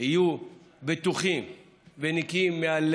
לא תמיד ניתן ולא תמיד מאשרים סייעת לילד